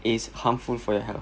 is harmful for your health